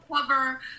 cover